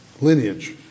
lineage